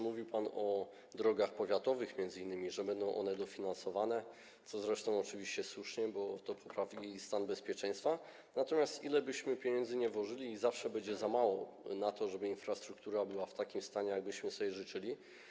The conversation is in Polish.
Mówił pan o drogach powiatowych, m.in. że będą one dofinansowane, zresztą oczywiście słusznie, bo to poprawi stan bezpieczeństwa, natomiast ilekolwiek byśmy pieniędzy włożyli, zawsze będzie za mało na to, żeby infrastruktura była w takim stanie, jak byśmy sobie życzyli.